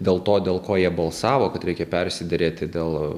dėl to dėl ko jie balsavo kad reikia persiderėti dėl